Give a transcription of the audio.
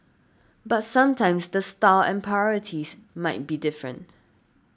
but sometimes the style and priorities might be different